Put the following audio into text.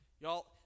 Y'all